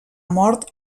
mort